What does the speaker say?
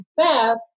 fast